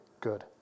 Good